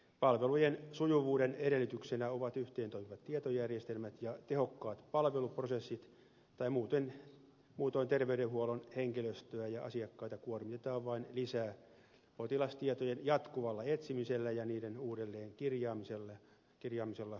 palvelujen sujuvuuden edellytyksenä ovat yhteentoimivat tietojärjestelmät ja tehokkaat palveluprosessit tai muutoin terveydenhuollon henkilöstöä ja asiakkaita kuormitetaan vain lisää potilastietojen jatkuvalla etsimisellä ja niiden uudelleenkirjaamisella järjestelmästä toiseen